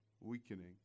weakening